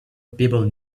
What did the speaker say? people